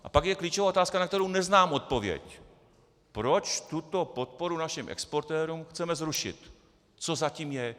A pak je klíčová otázka, na kterou neznám odpověď proč tuto podporu našim exportérům chceme zrušit, co za tím je.